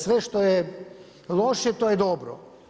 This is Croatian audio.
Sve što je loše, to je dobro.